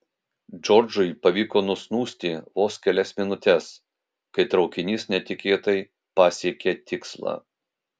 džordžui pavyko nusnūsti vos kelias minutes kai traukinys netikėtai pasiekė tikslą